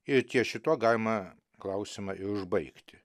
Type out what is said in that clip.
ir ties šituo galima klausimą ir užbaigti